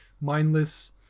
mindless